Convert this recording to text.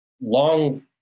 long